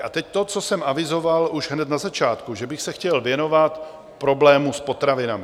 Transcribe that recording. A teď to, co jsem avizoval hned na začátku, že bych se chtěl věnovat problému s potravinami.